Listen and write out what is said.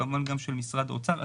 כמובן גם של משרד האוצר.